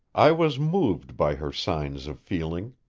i was moved by her signs of feeling.